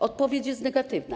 Odpowiedź jest negatywna.